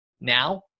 Now